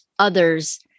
others